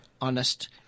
honest